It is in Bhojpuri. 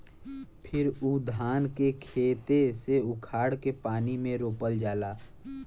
फिर उ धान के खेते से उखाड़ के पानी में रोपल जाला